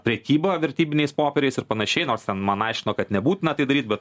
prekyba vertybiniais popieriais ir panašiai nors ten man aiškino kad nebūtina tai daryt bet